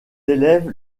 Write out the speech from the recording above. élèves